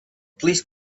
please